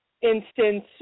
instance